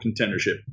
contendership